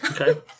Okay